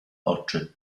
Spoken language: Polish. oczy